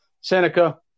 Seneca